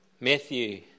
Matthew